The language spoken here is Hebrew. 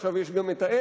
עכשיו יש גם העז.